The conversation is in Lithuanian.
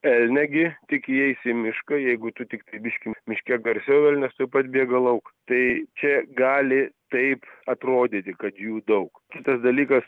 elnią gi tik įeisi į mišką jeigu tu tiktai biškį miške garsiau elnias tuoj pat bėga lauk tai čia gali taip atrodyti kad jų daug kitas dalykas